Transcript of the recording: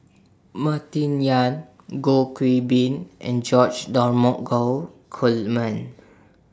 Martin Yan Goh Qiu Bin and George Dromgold Coleman